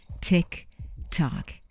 tick-tock